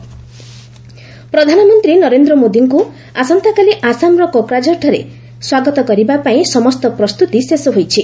PM Kokrajhar ପ୍ରଧାନମନ୍ତ୍ରୀ ନରେନ୍ଦ୍ର ମୋଦିଙ୍କୁ ଆସନ୍ତାକାଲି ଆସାମର କୋକରାଝରଠାରେ ସ୍ୱାଗତ କରିବା ପାଇଁ ସମସ୍ତ ପ୍ରସ୍ତୁତି ଶେଷ ହୋଇଛି